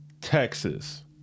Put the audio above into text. Texas